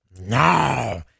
No